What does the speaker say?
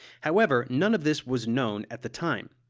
however, none of this was known at the time.